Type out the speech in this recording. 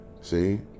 See